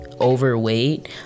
overweight